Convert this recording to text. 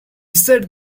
said